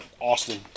Austin